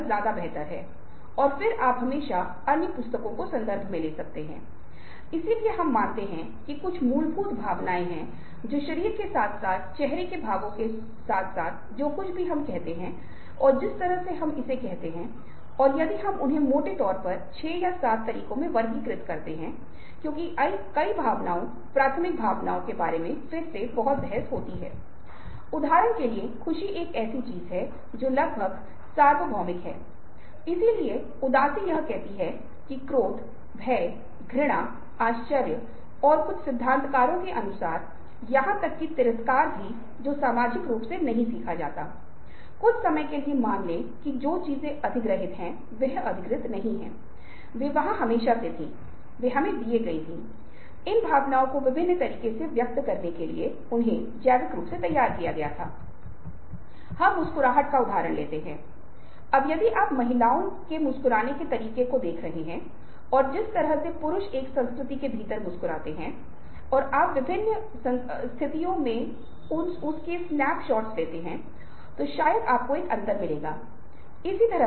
ऐसा प्रतीत नहीं हो सकता है लेकिन मुझे आपके साथ पहला अंक साझा करने दें मुद्दा यह है कि अगर मैं किसी का मित्र बनने की इच्छा रखता हूं तो वह किसी के साथ दोस्ताना व्यवहार करने की कोशिश करता हूँ साथ में मुस्कुराता हूँ उस व्यक्ति से सहमत होना उस व्यक्ति के लिए खुद को सहन करने का एक तरीका है यह एक तरह का अनुनय है क्योंकि दूसरे व्यक्ति को आपसे बातचीत करने के लिए राजी करने की आवश्यकता होती है हर दिन इंटरनेट पर आपको ई मेल की एक विस्तृत श्रृंखला मिलती है और ये ई मेल मेल से होते हैं जो आपको लाखों डॉलर का वादा करते हैं जो हेरफेर करने की कोशिश कर रहा है जो आपको कुछ उत्पादों को खरीदने के लिए कह रहे हैं जो निश्चित रूप से विज्ञापन के संदर्भ में अनुनय है जो बहुत महत्वपूर्ण है जो हम थोड़ी देर बाद चर्चा करेंगे जो लोग आपसे संपर्क करने की कोशिश कर रहे हैं जो हमें कहते हैं हमारे क्षेत्र में वे समान क्षेत्रों में शोध कर रहे हैं और आपके साथ काम करने में रुचि रखते हैं जो फिर से उन्हें उनके हित के क्षेत्रों उनके अनुसंधान के क्षेत्रों इस विषय के लिए उनकी रुचि की गहरी समझ के लिए दिया जाता है